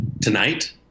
Tonight